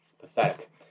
Pathetic